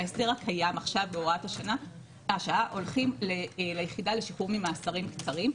בהסדר הקיים עכשיו בהוראת השעה הולכים ליחידה לשחרור ממאסרים קצרים,